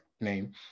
name